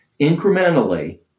incrementally